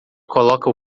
coloca